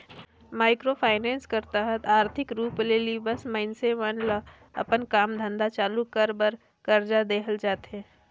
micro finance कर तहत आरथिक रूप ले लिबल मइनसे मन ल अपन काम धंधा चालू कर बर करजा देहल जाथे